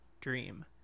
dream